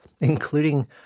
including